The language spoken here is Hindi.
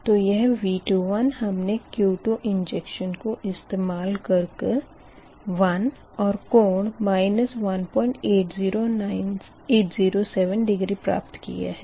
तो यह V21 हमने Q2 इंजेक्शन को इस्तेमाल कर कर 1 और कोण 1807 डिग्री प्राप्त किया है